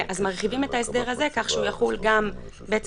מרחיבים את ההסדר הזה כך שהוא יחול גם היום,